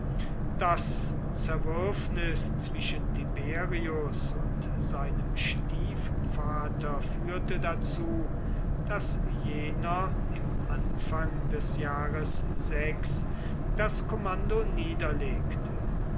das zerwürfnis zwischen tiberius und seinem stiefvater führte dazu daß jener im anfang des jahres das kommando niederlegte